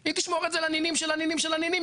היא תשמור את זה לנינים של הנינים של הנינים.